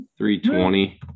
320